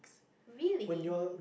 really